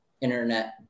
internet